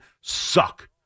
suck